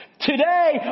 today